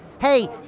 Hey